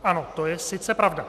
Ano, to je sice pravda.